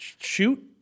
shoot